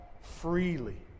freely